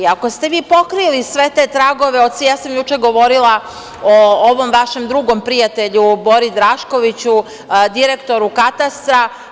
Ako ste vi pokrili sve te tragove od svih, ja sam juče govorila o ovom vašem drugom prijatelju, Bori Draškoviću, direktoru Katastra.